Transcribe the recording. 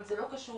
אבל זה לא קשור.